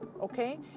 okay